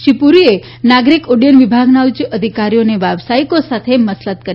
શ્રી પુરીએ નાગરિક ઉડ્ડયન વિભાગના ઉચ્ય અધિકારીઓ અને વ્યવસાયિકો સાથે મસલત કરી